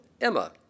Emma